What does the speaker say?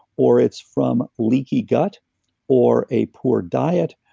or it's from leaky gut or a poor diet,